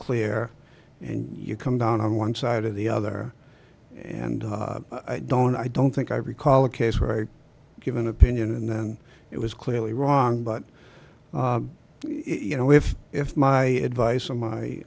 clear and you come down on one side of the other and i don't i don't think i recall a case where i give an opinion and then it was clearly wrong but you know if if my advice and my